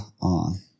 on